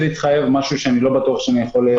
להתחייב על משהו שאני לא בטוח שאני יכול לעשות.